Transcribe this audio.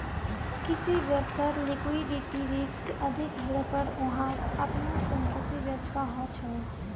किसी व्यवसायत लिक्विडिटी रिक्स अधिक हलेपर वहाक अपनार संपत्ति बेचवा ह छ